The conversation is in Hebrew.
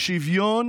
שוויון